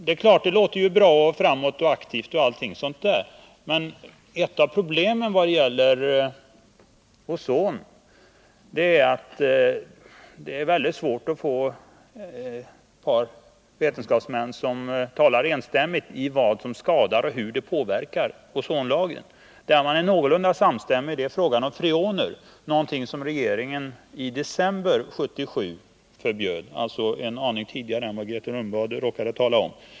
Det låter ju bra, framåt och aktivt — men ett av problemen när det gäller ozon är att det är mycket svårt att finna ett par vetenskapsmän som har enstämmig uppfattning avseende vad som skadar och hur det påverkar ozonlagren. Den punkt där man har en någorlunda samstämmighet är frågan om freoner, något som regeringen i december 1977 förbjöd — alltså en aning tidigare än Grethe Lundblad nämnde.